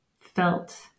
felt